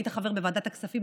היית חבר בוועדת הכספים,